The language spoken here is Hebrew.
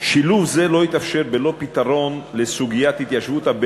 סיום התהליך בעדכון טיוטת הצעת החוק,